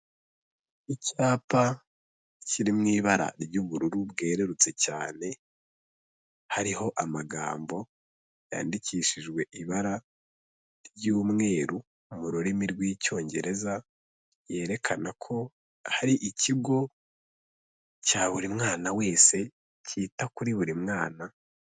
Icyapa kiri mu ibara ry'ubururu bwerurutse cyane, hariho amagambo yandikishijwe ibara ry'umweru mu rurimi rw'Icyongereza, yerekana ko hari ikigo cya buri mwana wese, cyita kuri buri mwana.